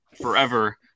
forever